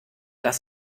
das